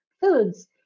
foods